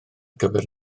gyfer